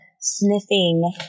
sniffing